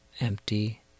Empty